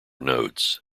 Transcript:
nodes